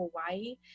Hawaii